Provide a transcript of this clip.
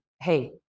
hey